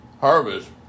harvest